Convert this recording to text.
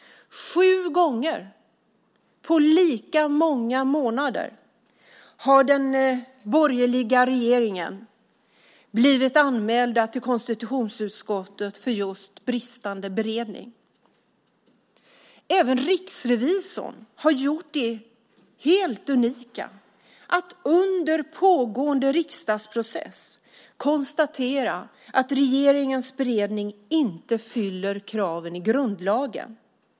Sju gånger på lika många månader har den borgerliga regeringen blivit anmäld till konstitutionsutskottet för just bristande beredning. Även riksrevisorn har gjort det helt unika att under pågående riksdagsprocess konstatera att regeringens beredning inte fyller kraven i grundlagen.